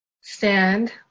stand